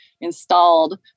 installed